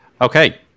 Okay